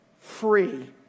free